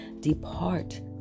Depart